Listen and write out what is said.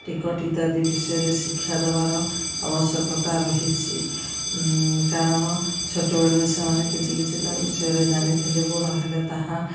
ticket ଇତ୍ୟାଦି ବିଷୟରେ ଶିକ୍ଷା ଦେବାର ଆବଶ୍ୟକତା ରହିଛି କାରଣ ଛୋଟବେଳୁ ସେମାନେ କିଛି କିଛି ତା' ବିଷୟରେ ଜାଣିଥିଲେ ବଡ଼ ହେଲେ ତାହା